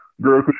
girl